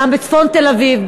גם בצפון תל-אביב,